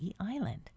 Island